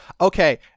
okay